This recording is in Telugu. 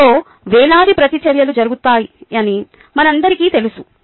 సెల్ లో వేలాది ప్రతిచర్యలు జరుగుతాయని మనందరికీ తెలుసు